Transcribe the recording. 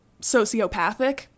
sociopathic